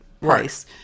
price